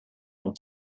dan